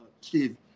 Steve